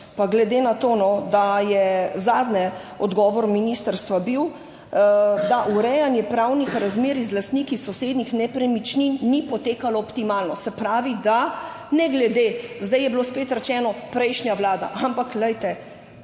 Glede na to, da je bil zadnji odgovor ministrstva, da urejanje pravnih razmerij z lastniki sosednjih nepremičnin ni potekalo optimalno, se pravi, ne glede na to, zdaj je bilo spet rečeno, prejšnja vlada, ampak glejte,